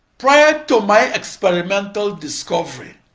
prior to my experimental discovery,